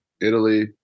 Italy